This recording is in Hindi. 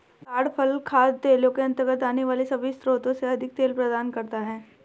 ताड़ फल खाद्य तेलों के अंतर्गत आने वाले सभी स्रोतों से अधिक तेल प्रदान करता है